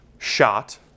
shot